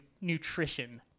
nutrition